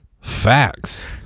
Facts